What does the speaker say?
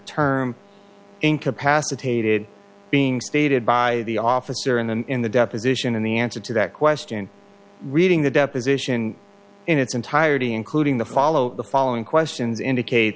term incapacitated being stated by the officer in the in the deposition and the answer to that question reading the deposition in its entirety including the follow the following questions indicate